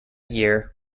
year